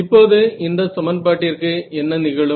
இப்போது இந்த சமன்பாட்டிற்கு என்ன நிகழும்